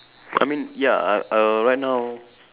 I mean ya uh uh right now